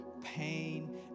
pain